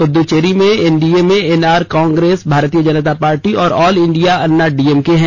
पुद्दचेरी में एनडीए में NR Congress Bharatiya Janata Party और ऑल इंडिया अन्ना डीएमके हैं